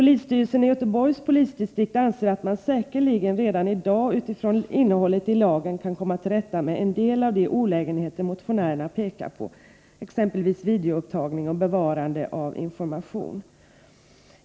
Polisstyrelsen i Göteborgs polisdistrikt anser att man säkerligen redan i dag utifrån innehållet i lagen kan komma till rätta med en del av de olägenheter motionärerna pekar på, exempelvis videoupptagning och bevarande av information.